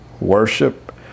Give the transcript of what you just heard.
worship